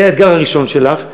זה האתגר הראשון שלך,